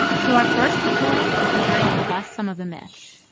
so our first takeaway is designed to bust some of the myths.